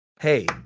Hey